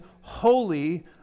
holy